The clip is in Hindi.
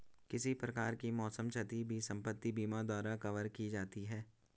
किसी प्रकार की मौसम क्षति भी संपत्ति बीमा द्वारा कवर की जाती है